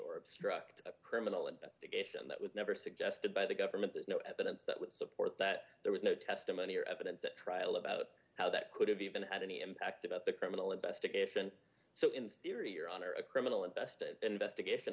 or obstruct a criminal investigation that was never suggested by the government there's no evidence that would support that there was no testimony or evidence at trial about how that could have even had any impact about the criminal investigation so in theory your honor a criminal invested investigation